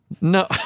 No